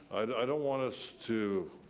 i don't want us to,